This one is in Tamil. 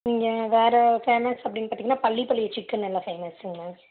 இங்கே வேறு ஃபேமஸ் அப்படின்னு பார்த்தீங்கன்னா பள்ளிப்பாளையம் சிக்கன் எல்லாம் ஃபேமஸ்ஸுங்க மேம்